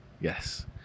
Yes